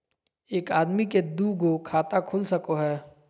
एक आदमी के दू गो खाता खुल सको है?